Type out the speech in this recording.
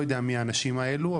לא יודע מי האנשים האלו,